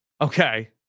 okay